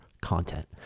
content